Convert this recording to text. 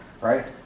right